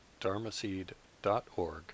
dharmaseed.org